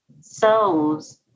selves